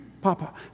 Papa